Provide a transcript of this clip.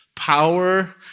power